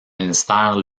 ministère